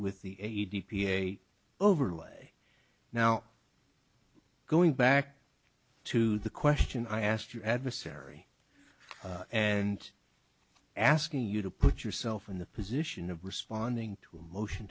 with the a t p a overlay now going back to the question i asked you adversary and asking you to put yourself in the position of responding to a motion